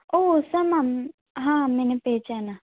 ओह सुमन हाँ हाँ मैंने पहचाना